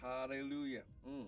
Hallelujah